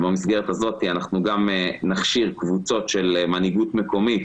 במסגרת הזאת אנחנו גם נכשיר קבוצות של מנהיגות מקומית